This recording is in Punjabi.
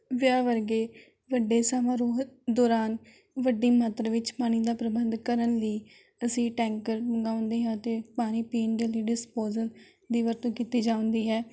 ਵਿਆਹ ਵਰਗੇ ਵੱਡੇ ਸਮਾਰੋਹ ਦੌਰਾਨ ਵੱਡੀ ਮਾਤਰਾ ਵਿੱਚ ਪਾਣੀ ਦਾ ਪ੍ਰਬੰਧ ਕਰਨ ਲਈ ਅਸੀਂ ਟੈਂਕਰ ਮੰਗਵਾਉਂਦੇ ਹਾਂ ਅਤੇ ਪਾਣੀ ਪੀਣ ਦੇ ਲਈ ਡਿਸਪੋਜ਼ਲ ਦੀ ਵਰਤੋਂ ਕੀਤੀ ਜਾਂਦੀ ਹੈ